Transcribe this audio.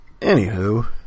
Anywho